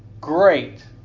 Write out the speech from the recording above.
great